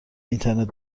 اینترنت